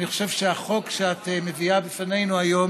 אני חושב שהחוק שאת מביאה בפנינו היום